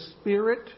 Spirit